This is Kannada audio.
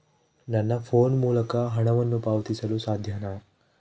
ನನ್ನ ಫೋನ್ ಮೂಲಕ ಹಣವನ್ನು ಪಾವತಿಸಲು ಸಾಧ್ಯನಾ?